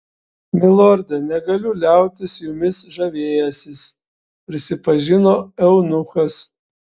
milorde negaliu liautis jumis žavėjęsis prisipažino eunuchas